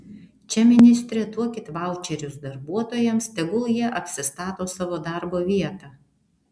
čia ministre duokit vaučerius darbuotojams tegul jie apsistato savo darbo vietą